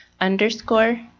Underscore